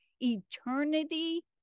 eternity